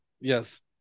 Yes